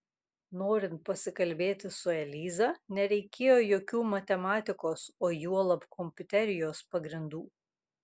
norint pasikalbėti su eliza nereikėjo jokių matematikos o juolab kompiuterijos pagrindų